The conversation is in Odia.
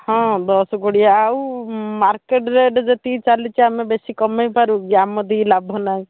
ହଁ ଦଶ କୋଡ଼ିଏ ଆଉ ମାର୍କେଟ୍ ରେଟ୍ ଯେତିକି ଚାଲିଛି ଆମେ ବେଶୀ କମେଇପାରିବୁ କି ଆମର ବି ଲାଭ ନାହିଁ